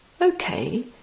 Okay